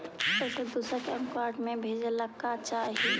पैसा दूसरा के अकाउंट में भेजे ला का का चाही?